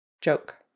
joke